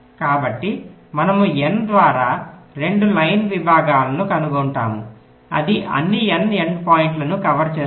కాబట్టి మనము N ద్వారా 2 లైన్ విభాగాలను కనుగొంటాము అది అన్ని N ఎండ్ పాయింట్లను కవర్ చేస్తుంది